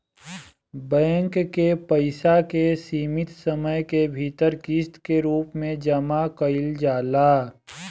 bank के पइसा के सीमित समय के भीतर किस्त के रूप में जामा कईल जाला